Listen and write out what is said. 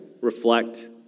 reflect